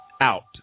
out